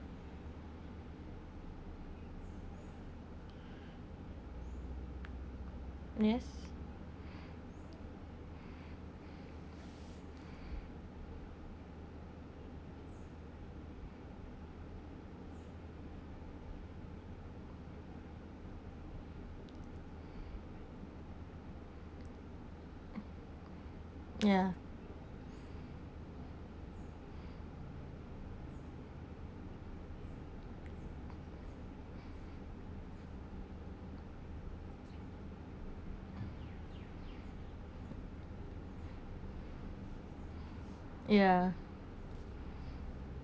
yes ya ya